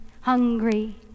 hungry